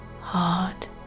heart